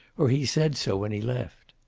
or he said so when he left.